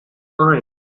find